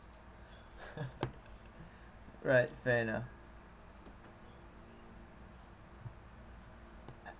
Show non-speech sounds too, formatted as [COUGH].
[LAUGHS] right fair enough